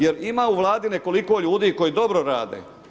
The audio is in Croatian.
Jer ima u Vladi nekoliko ljudi koji dobro rade.